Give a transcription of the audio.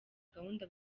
gahunda